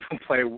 play